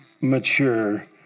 mature